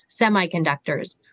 semiconductors